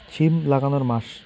সিম লাগানোর মাস?